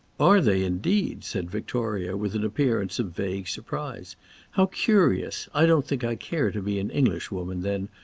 are they indeed? said victoria, with an appearance of vague surprise how curious! i don't think i care to be an englishwoman then.